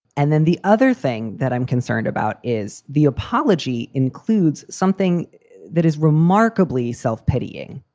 and then the other thing that i'm concerned about is the apology includes something that is remarkably self pitying,